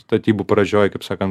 statybų pradžioj kaip sakant